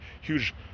huge